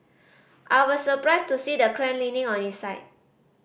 I was surprised to see the crane leaning on its side